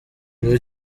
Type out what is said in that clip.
uyu